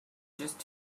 just